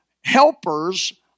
helpers